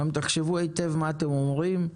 גם תחשבו היטב מה אתם אומרים,